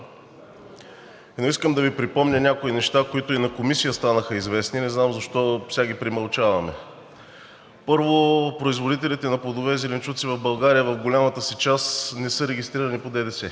но искам да Ви припомня някои неща, които на Комисията станаха известни, не знам защо сега ги премълчаваме. Първо, производителите на плодове и зеленчуци в България в голямата си част не са регистрирани по ДДС.